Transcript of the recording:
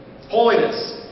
holiness